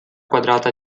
quadrata